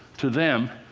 to them,